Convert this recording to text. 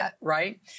right